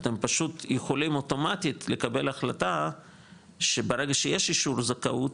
אתם יכולים אוטומטי לקבל החלטה שברגע שיש אישור זכאות,